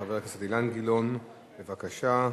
חבר הכנסת אילן גילאון, בבקשה.